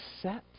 set